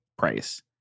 price